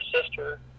sister